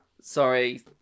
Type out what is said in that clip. Sorry